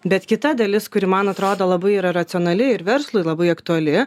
bet kita dalis kuri man atrodo labai yra racionali ir verslui labai aktuali